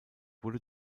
wurde